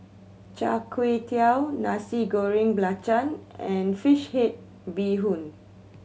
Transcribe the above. Char Kway Teow Nasi Goreng Belacan and fish head bee hoon